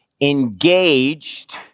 Engaged